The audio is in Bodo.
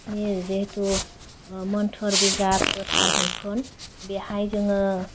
नि जिहेथु ओह मोन्थोर बिजाब गोथार मैखुन बेहाय जोङो